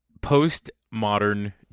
post-modern